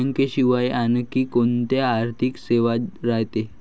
बँकेशिवाय आनखी कोंत्या आर्थिक सेवा रायते?